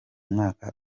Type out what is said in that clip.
mwaka